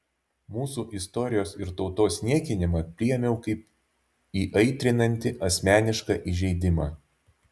mūsų istorijos ir tautos niekinimą priėmiau kaip įaitrinantį asmenišką įžeidimą